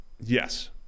yes